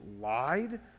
lied